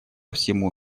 всему